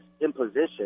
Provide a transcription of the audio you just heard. imposition